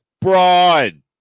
Broad